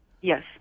Yes